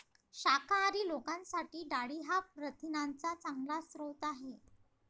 शाकाहारी लोकांसाठी डाळी हा प्रथिनांचा चांगला स्रोत आहे